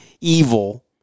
evil